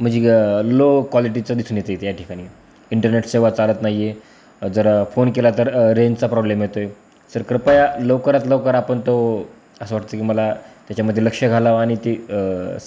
म्हणजे ग लो क्वालिटीचा दिसून येते आहे या ठिकाणी इंटरनेट सेवा चालत नाही आहे जरा फोन केला तर रेंजचा प्रॉब्लेम येतो आहे सर कृपया लवकरात लवकर आपण तो असं वाटतं की मला त्याच्यामध्ये लक्ष घालावं आणि ती